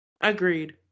Agreed